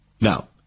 Now